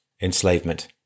enslavement